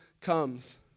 comes